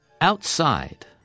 Outside